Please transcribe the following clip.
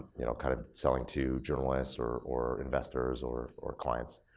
you know kind of selling to journalists or or investors or or clients.